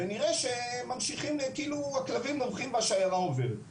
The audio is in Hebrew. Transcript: נוראה שכאילו הכלבים נובחים והשיירה עוברת.